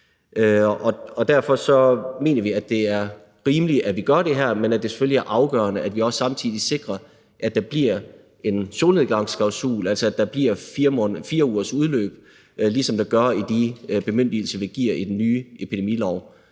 derfor mener vi, det er rimeligt, at vi gør det her, men at det selvfølgelig er afgørende, at vi også samtidig sikrer, at der bliver en solnedgangsklausul, altså at der bliver 4 ugers udløb, ligesom der gør i de bemyndigelser, vi giver i den nye epidemilov.